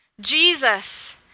jesus